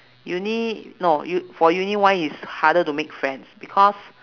uni no u~ for uni why is harder to make friend because